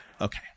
okay